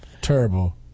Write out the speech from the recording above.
Terrible